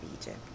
egypt